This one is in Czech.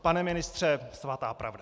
Pane ministře, svatá pravda.